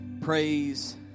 Praise